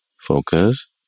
focus